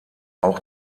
auch